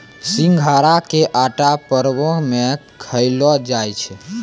सिघाड़ा के आटा परवो मे खयलो जाय छै